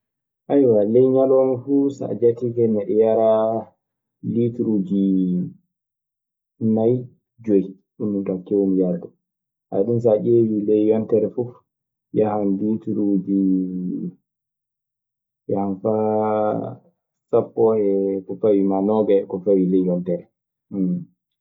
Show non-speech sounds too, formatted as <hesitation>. <hesitation> ley ñalawma fuu so a jatike, miɗe yara lituruuji nay, joy. Ɗun min kaa keewmi yarde. <hesitation> so a ƴeeƴii ley yontere fuf, yahan liituruuji, yahan faa sappo e ko fawi maa noogay e ko fawi ley yontere.